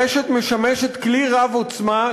הרשת משמשת כלי רב-עוצמה,